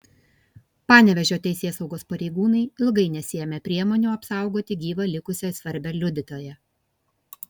panevėžio teisėsaugos pareigūnai ilgai nesiėmė priemonių apsaugoti gyvą likusią svarbią liudytoją